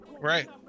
right